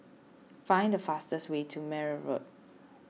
find the fastest way to Meyer Road